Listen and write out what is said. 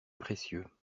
précieux